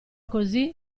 così